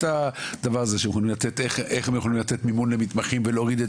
מכיוון שהם לא יכולים לתת מימון למתמחים ולהוריד את